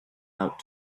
out